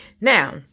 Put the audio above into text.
Now